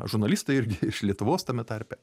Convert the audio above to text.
žurnalistai irgi iš lietuvos tame tarpe